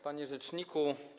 Panie Rzeczniku!